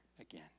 again